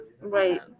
right